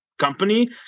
Company